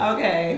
Okay